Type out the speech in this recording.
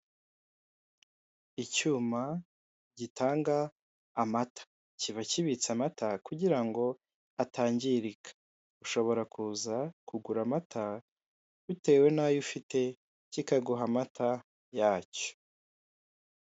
Icyuma gitanga amata. Kiba kibitse amata, kugira ngo atangirika. Ushobora kuza kugura amata, bitewe n'ayo ufite, kikaguha amata yacyo.